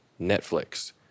Netflix